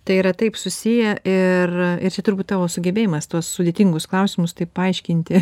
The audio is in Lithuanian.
tai yra taip susiję ir ir čia turbūt tavo sugebėjimas tuos sudėtingus klausimus taip paaiškinti